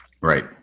Right